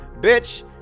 Bitch